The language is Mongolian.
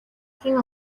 хэн